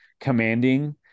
commanding